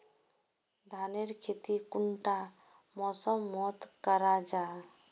धानेर खेती कुंडा मौसम मोत करा जा?